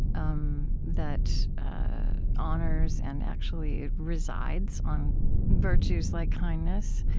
um that honors and actually resides on virtues like kindness,